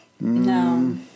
No